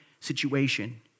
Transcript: situation